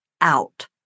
out